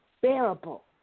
bearable